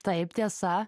taip tiesa